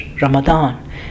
Ramadan